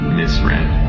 misread